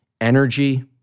energy